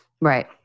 Right